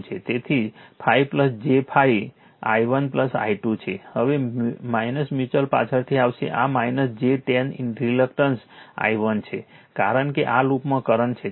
તેથી 5 j 5 i1 i2 છે હવે મ્યુચ્યુઅલ પાછળથી આવશે આ j 10 રિએક્ટન્સ i1 છે કારણ કે આ લૂપમાં કરંટ છે